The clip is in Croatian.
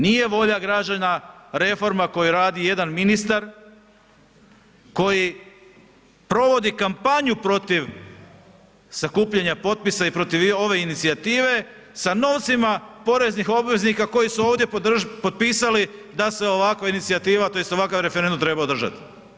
Nije volja građana koju radi jedan ministar koji provodi kampanju protiv sakupljanja potpisa i protiv ove inicijative sa novcima poreznih obveznika koji su ovdje potpisali da se ovakva inicijativa tj. ovakav referendum treba održati.